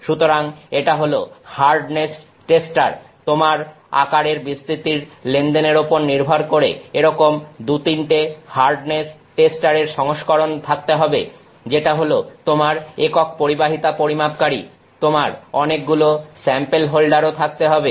সুতরাং এটা হল হার্ডনেস টেস্টার তোমার আকারের বিস্তৃতির লেনদেনের ওপর নির্ভর করে এরকম দু তিনটে হার্ডনেস টেস্টারের সংস্করণ থাকতে হবে যেটা হলো তোমার একক পরিবাহিতা পরিমাপকারী তোমার অনেকগুলো স্যাম্পেল হোল্ডার ও থাকতে হবে